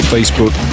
Facebook